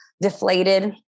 deflated